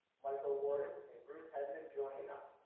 michael worden, and bruce hedman joining us.